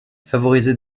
favoriser